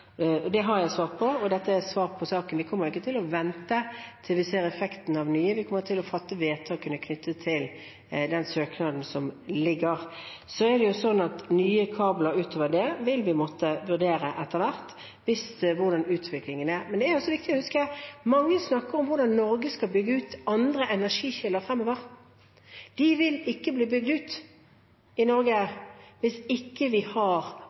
Det har jeg svart på, og dette er et svar på saken. Vi kommer ikke til å vente til vi ser effekten av nye – vi kommer til å fatte vedtakene knyttet til den søknaden som foreligger. Nye kabler utover det vil vi måtte vurdere etter hvert, etter hvordan utviklingen er. Men det er også viktig å huske: Mange snakker om hvordan Norge skal bygge ut andre energikilder fremover. De vil ikke bli bygd ut hvis vi ikke har avsetning på den kraften. I dag har